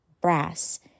brass